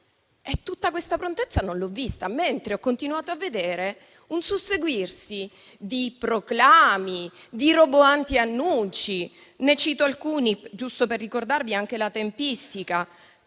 e tutta questa prontezza non l'ho vista, mentre ho continuato a vedere un susseguirsi di proclami e di roboanti annunci. Ne cito alcuni, giusto per ricordarvi la tempistica,